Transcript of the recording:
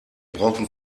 brauchen